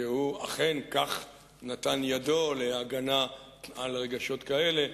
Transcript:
שהוא אכן כך נתן ידו להגנה על רגשות כאלה,